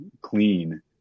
clean